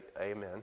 Amen